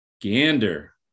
Gander